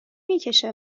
میکشه